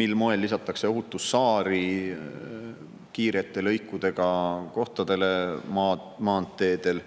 mil moel lisatakse ohutussaari kiirete lõikudega kohtadele, maanteedel